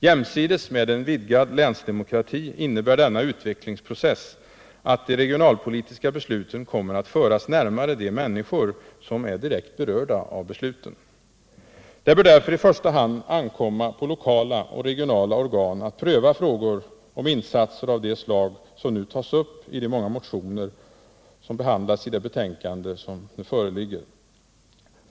Jämsides med en vidgad länsdemokrati innebär denna utvecklingsprocess att de regionalpolitiska besluten kommer att föras närmare de människor som är direkt berörda av besluten. Det bör därför i första hand ankomma på lokala och regionala organ att pröva frågan om insatser av de slag som nu tas upp i de många motioner som behandlas i det föreliggande betänkandet.